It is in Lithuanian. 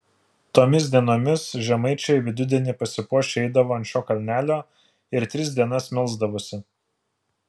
tomis dienomis žemaičiai vidudienį pasipuošę eidavo ant šio kalnelio ir tris dienas melsdavosi